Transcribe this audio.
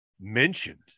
mentioned